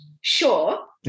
sure